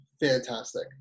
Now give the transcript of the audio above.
fantastic